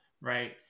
Right